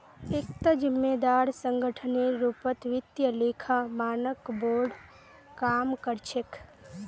एकता जिम्मेदार संगठनेर रूपत वित्तीय लेखा मानक बोर्ड काम कर छेक